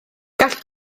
gall